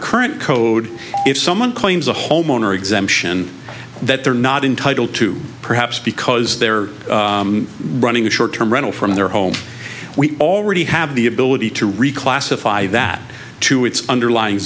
current code if someone claims a homeowner exemption that they're not entitled to perhaps because they're running a short term rental from their home we already have the ability to reclassify that to its underlying